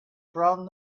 from